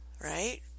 right